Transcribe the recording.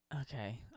Okay